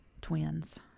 twins